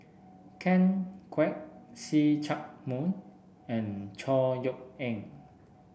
Ken Kwek See Chak Mun and Chor Yeok Eng